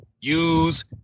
use